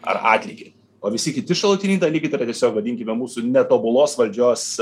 ar atlygį o visi kiti šalutiniai dalykai tai yra tiesiog vadinkime mūsų netobulos valdžios